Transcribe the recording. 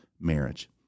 marriage